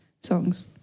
songs